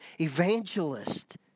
evangelist